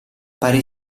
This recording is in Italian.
pare